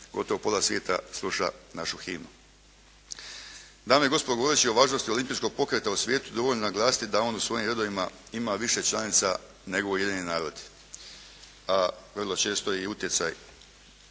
gotovo pola svijeta sluša našu himnu. Dame i gospode, govoreći o važnosti olimpijskog pokreta u svijetu dovoljno je naglasiti da on u svojim redovima ima više članica nego Ujedinjeni narodi, a vrlo često je i utjecaj